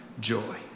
joy